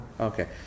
Okay